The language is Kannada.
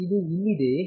ಇದು ಇಲ್ಲಿದೆಯೇ